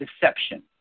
deception